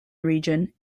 region